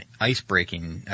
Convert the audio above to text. ice-breaking